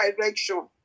direction